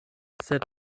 sed